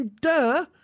duh